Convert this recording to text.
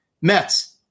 Mets